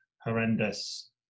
horrendous